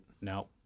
No